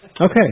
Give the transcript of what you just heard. okay